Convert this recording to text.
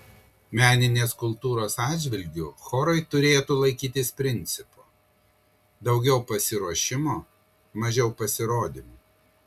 meninės kultūros atžvilgiu chorai turėtų laikytis principo daugiau pasiruošimo mažiau pasirodymų